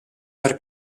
per